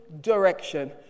direction